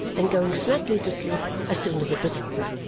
and going snugly to sleep as soon as it was over.